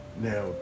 Now